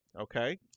Okay